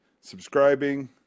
subscribing